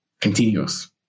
continuous